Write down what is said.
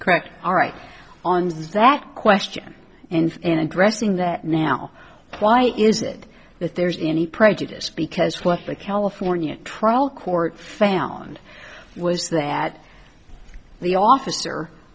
correct all right on is that question and in addressing that now why is it that there's any prejudice because what the california trial court found was that the officer